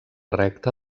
recta